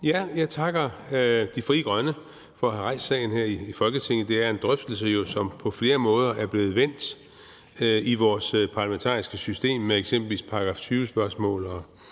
Jeg takker Frie Grønne for at have rejst sagen her i Folketinget. Det er jo en drøftelse, som på flere måder er blevet vendt i vores parlamentariske system med eksempelvis § 20-spørgsmål